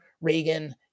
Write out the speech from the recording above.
Reagan